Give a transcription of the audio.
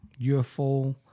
UFO